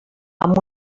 amb